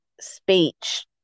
speech